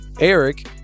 eric